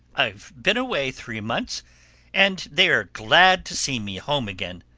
i've been away three months and they are glad to see me home again.